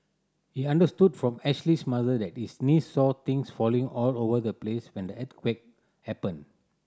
he understood from Ashley's mother that his niece saw things falling all over the place when the earthquake happened